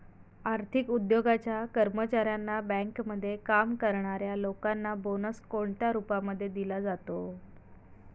आर्थिक उद्योगाच्या कर्मचाऱ्यांना, बँकेमध्ये काम करणाऱ्या लोकांना बोनस कोणत्या रूपामध्ये दिला जातो?